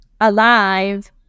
alive